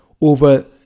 over